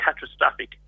catastrophic